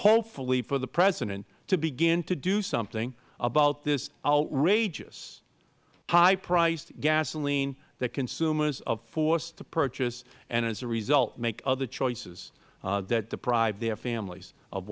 hopefully for the president to begin to do something about this outrageous high priced gasoline that consumers are forced to purchase and as a result make other choices that deprive their families of